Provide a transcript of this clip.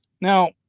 Now